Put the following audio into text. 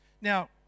Now